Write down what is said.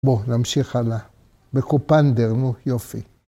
בוא נמשיך הלאה, בקופנדר, נו יופי.